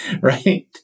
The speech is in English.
Right